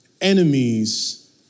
enemies